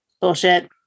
Bullshit